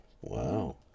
Wow